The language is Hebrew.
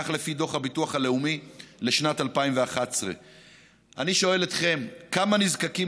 לפי דוח הביטוח הלאומי לשנת 2011. אני שואל אתכם: כמה נזקקים